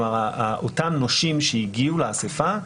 כלומר, אותם נושים שהגיעו לאסיפה,